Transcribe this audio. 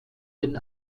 den